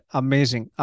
amazing